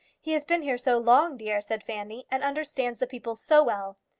he has been here so long, dear, said fanny, and understands the people so well.